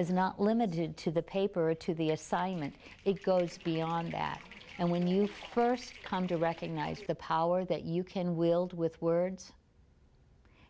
is not limited to the paper or to the assignment it goes beyond that and when you first come to recognize the power that you can wield with words